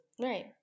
Right